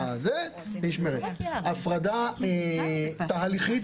הפרדה תהליכית,